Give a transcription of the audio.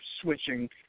switching